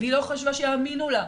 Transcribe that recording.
והיא לא חשבה שיאמינו לה,